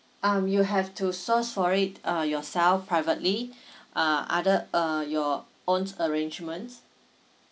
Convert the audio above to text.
um you have to search for it uh yourself privately other uh your owns arrangements